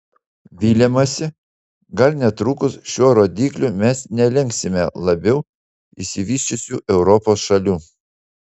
viliamasi gal netrukus šiuo rodikliu mes nelenksime labiau išsivysčiusių europos šalių